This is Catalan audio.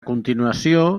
continuació